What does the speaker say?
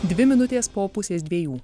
dvi minutės po pusės dviejų